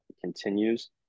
continues